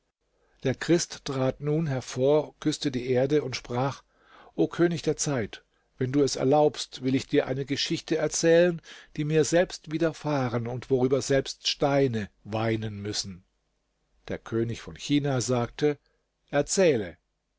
der christ trat nun hervor küßte die erde und sprach o könig der zeit wenn du es erlaubst will ich dir eine geschichte erzählen die mir selbst widerfahren und worüber selbst steine weinen müssen der könig von china sagte erzähle